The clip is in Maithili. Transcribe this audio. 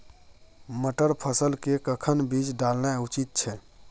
मटर फसल के कखन बीज डालनाय उचित छै?